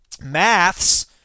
maths